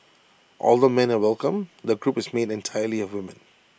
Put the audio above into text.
although men are welcome the group is made entirely of women